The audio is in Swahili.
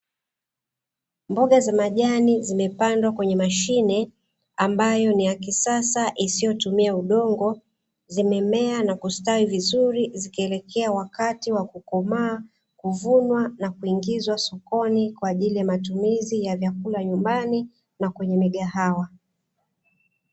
Mboga za majani, zimepandwa kwenye mashine ambayo ni ya kisasa isiyotumia udongo. Zimemea na kustawi vizuri zikielekea wakati wa kukomaa, kuvunwa na kuingizwa sokoni kwa ajili ya matumizi ya vyakula nyumbani na kwenye migahawa.